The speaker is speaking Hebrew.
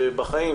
בחיים,